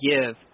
give